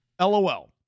LOL